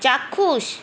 চাক্ষুষ